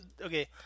okay